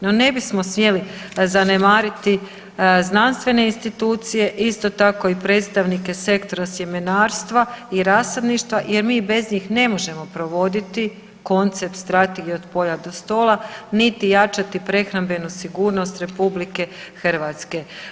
No ne bismo smjeli zanemariti znanstvene institucije, isto tako i predstavnike sektora sjemenarstva i rasadništva jer mi bez njih ne možemo provoditi koncept strategije „od polja do stola“, niti jačati prehrambenu sigurnost RH.